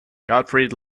gottfried